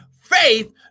faith